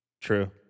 true